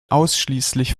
ausschließlich